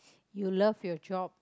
you love your job